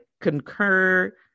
concur